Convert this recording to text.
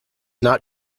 not